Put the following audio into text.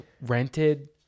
rented